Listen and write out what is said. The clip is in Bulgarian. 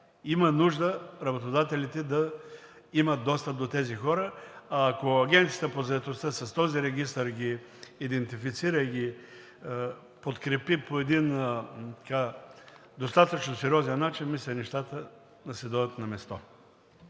Има нужда работодателите да имат достъп до тези хора. Ако Агенцията по заетостта с този регистър ги идентифицира и ги подкрепи по един достатъчно сериозен начин, мисля, че нещата ще си дойдат на място.